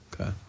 okay